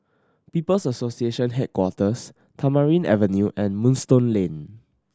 People's Association Headquarters Tamarind Avenue and Moonstone Lane